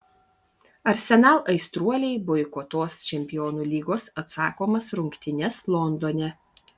arsenal aistruoliai boikotuos čempionų lygos atsakomas rungtynes londone